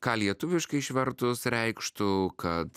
ką lietuviškai išvertus reikštų kad